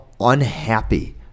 unhappy